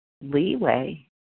leeway